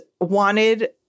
wanted